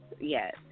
yes